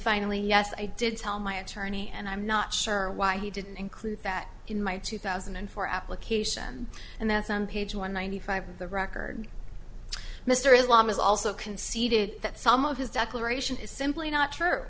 finally yes i did tell my attorney and i'm not sure why he didn't include that in my two thousand and four application and that's on page one ninety five of the record mr islam is also conceded that some of his declaration is simply not true